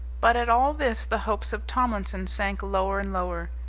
but at all this the hopes of tomlinson sank lower and lower.